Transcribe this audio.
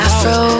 Afro